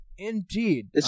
Indeed